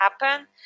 happen